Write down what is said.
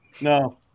No